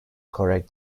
correct